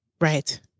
Right